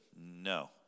no